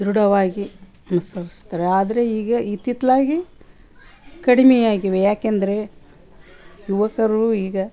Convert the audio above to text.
ದೃಢವಾಗಿ ಅನುಸರ್ಸ್ತಾರೆ ಆದರೆ ಈಗ ಇತ್ತಿತ್ಲಾಗೆ ಕಡಿಮೆ ಆಗಿವೆ ಏಕೆಂದ್ರೆ ಯುವಕರು ಈಗ